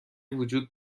وجود